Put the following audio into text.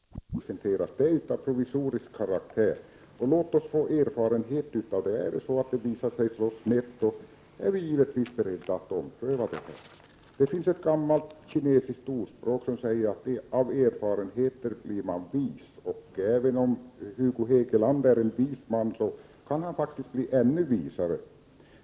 Fru talman! Jag vill börja med att säga till Hugo Hegeland att den föreslagna lagstiftningen är av provisorisk karaktär. Låt oss nu skaffa oss erfarenheter av hur lagen fungerar. Om den visar sig slå snett är vi givetvis beredda att ompröva frågan. Det finns ett gammalt kinesiskt ordspråk som säger att av erfarenheten blir man vis. Även om Hugo Hegeland är en vis man, kan han faktiskt bli ännu visare.